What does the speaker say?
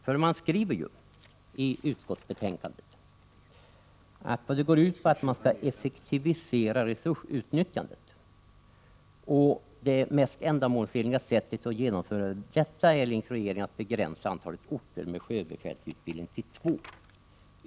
Det talas ju i betänkandet om att man skall effektivisera resursutnyttjandet, och det mest ändamålsenliga sättet att genomföra detta är enligt regeringen att begränsa antalet orter med sjöbefälsutbildning till två.